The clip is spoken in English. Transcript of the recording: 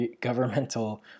governmental